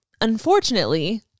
unfortunately